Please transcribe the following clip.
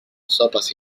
sopes